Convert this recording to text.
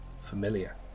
familiar